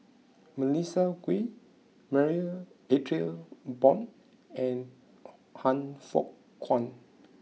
Melissa Kwee Marie Ethel Bong and Han Fook Kwang